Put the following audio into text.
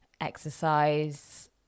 exercise